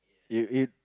it it